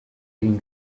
egin